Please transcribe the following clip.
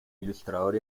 ilustrador